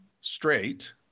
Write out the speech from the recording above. straight